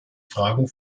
fragen